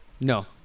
No